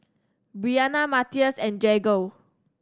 Bryanna Mathias and Jagger